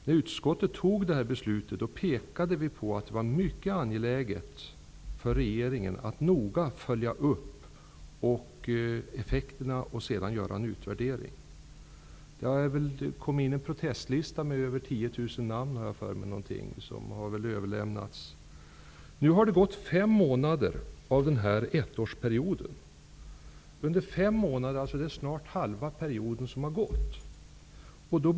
När utskottet tillstyrkte det här förslaget underströk vi att det var mycket angeläget att regeringen noga följde upp effekterna och sedan gjorde en utvärdering. Det har överlämnats en protestlista med ca 10 000 namn. Nu har det gått fem månader av den här ettårsperioden. Snart har alltså halva tiden gått.